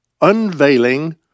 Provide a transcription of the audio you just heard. unveiling